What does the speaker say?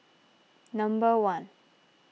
number one